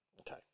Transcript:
Okay